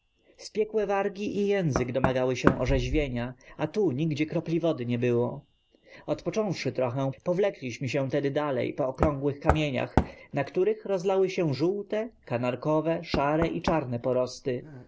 spiekłe wargi i język domagały się orzeźwienia a tu nigdzie kropli wody nie było odpocząwszy trochę powlekliśmy się tedy dalej po okrągłych kamieniach na których rozlały się żółte kanarkowe szare i czarne porosty